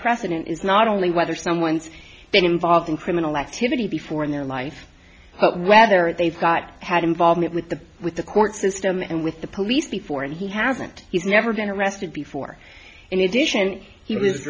precedent is not only whether someone's been involved in criminal activity before in their life whether they've got had involvement with the with the court system and with the police before and he hasn't he's never going to arrested before in addition he was